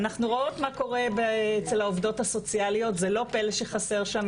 אנחנו רואות מה קורה אצל העובדות הסוציאליות וזה לא פלא שחסר שם אנשים.